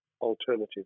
alternative